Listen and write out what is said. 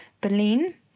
Berlin